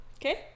okay